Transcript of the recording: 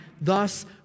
thus